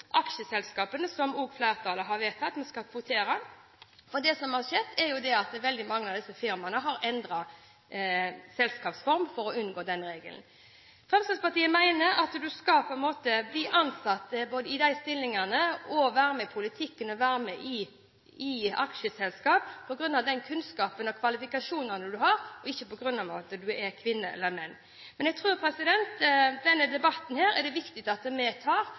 aksjeselskapene som også flertallet har vedtatt at man skal kvotere. Det som har skjedd, er at veldig mange av disse firmaene har endret selskapsform for å unngå den regelen. Fremskrittspartiet mener at man skal bli ansatt i de stillingene, være med i politikken og være med i aksjeselskap på grunn av den kunnskapen og de kvalifikasjonene man har, og ikke på grunn av at man er kvinne eller mann. Men jeg tror at denne debatten er det viktig at vi tar,